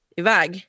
iväg